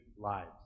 lives